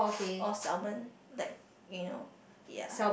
or salmon like you know ya